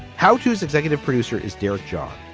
how tos executive producer is derek john,